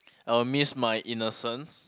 I will miss my innocence